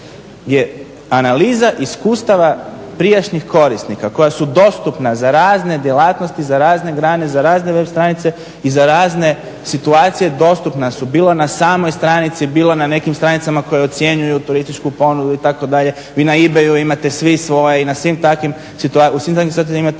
je analiza iskustava prijašnjih korisnika koja su dostupna za razne djelatnosti za razne grane za razne web stranice i za razne situacije dostupna su bilo na samoj stranici bilo na nekim stranicama koje ocjenjuju turističku ponudu itd. i na eBay-u imate svi svoje i u svim takvim situacijama imate